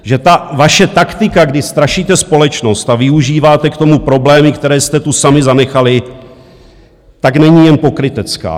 Že ta vaše taktika, kdy strašíte společnost a využíváte k tomu problémy, které jste tu sami zanechali, není jen pokrytecká.